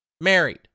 married